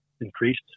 increased